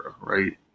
right